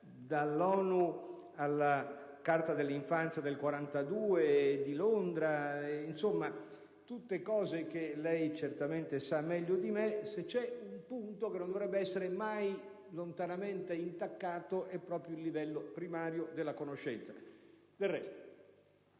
sancito nella Carta dell'infanzia di Londra del 1942, e così via, (tutte cose che lei certamente sa meglio di me), se c'è un punto che non dovrebbe essere mai lontanamente intaccato è proprio il livello primario della conoscenza. Del resto,